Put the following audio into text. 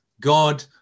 God